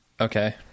Okay